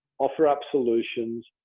offer up solutions,